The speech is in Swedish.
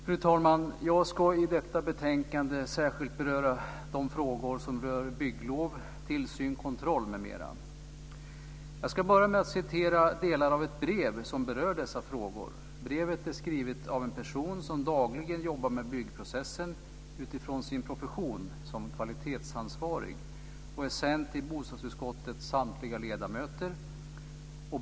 Fru talman! I det här betänkandet ska jag särskilt beröra de frågor som rör bygglov, tillsyn, kontroll m.m. Jag ska börja med att läsa upp delar av ett brev som berör dessa frågor. Brevet är skrivet av en person som dagligen jobbar med byggprocessen utifrån sin profession som kvalitetsansvarig. Det är sänt till bostadsutskottets samtliga ledamöter.